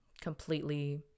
completely